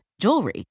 jewelry